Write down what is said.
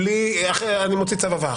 אם לא, אני מוציא צו הבאה.